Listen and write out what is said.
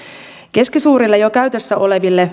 keskisuurille jo käytössä oleville